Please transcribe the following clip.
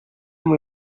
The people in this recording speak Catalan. amb